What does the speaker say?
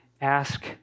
ask